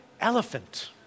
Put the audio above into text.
elephant